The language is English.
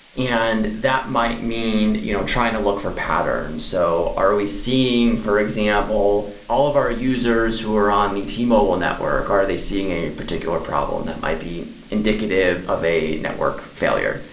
and that might mean you know trying to look for patterns. so, are are we seeing, for example, all of our users who are on the t-mobile network? are they seeing a particular problem that might be indicative of a network failure?